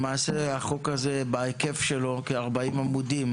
למעשה, היקף החוק כ-40 עמודים